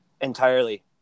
Entirely